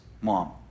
mom